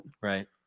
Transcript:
Right